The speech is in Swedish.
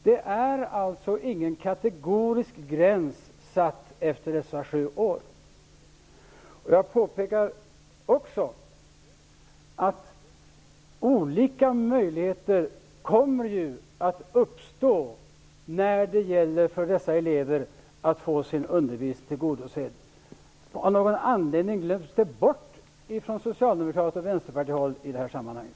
Det är alltså ingen kategorisk gräns satt efter dessa sju år. Jag påpekar också att olika möjligheter ju kommer att öppnas för dessa elever att få sitt undervisningsbehov tillgodosett. Av någon anledning glöms det bort från socialdemokratiskt håll och vänsterpartihåll i det här sammanhanget.